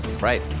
Right